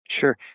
Sure